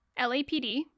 LAPD